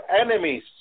enemies